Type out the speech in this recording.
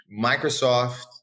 Microsoft